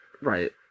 Right